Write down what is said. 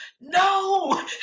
no